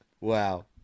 wow